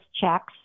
checks